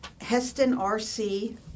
HestonRC